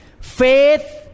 Faith